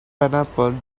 pineapple